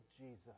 Jesus